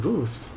Ruth